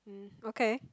hmm okay